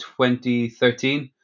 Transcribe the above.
2013